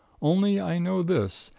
only i know this,